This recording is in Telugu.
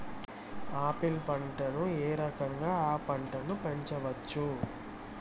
ఆపిల్ పంటను ఏ రకంగా అ పంట ను పెంచవచ్చు?